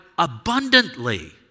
abundantly